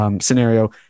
scenario